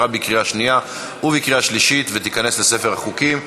עברה בקריאה שנייה ובקריאה שלישית ותיכנס לספר החוקים.